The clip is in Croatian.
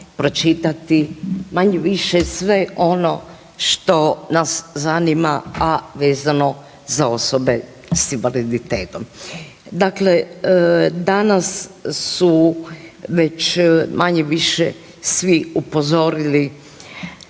pročitati manje-više sve ono što nas zanima, a vezano za osobe s invaliditetom. Dakle, danas su već manje-više svi upozorili